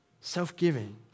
Self-giving